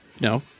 No